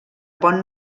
pont